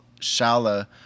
Shala